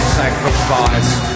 sacrifice